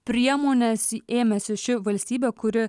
priemones ėmėsi ši valstybė kuri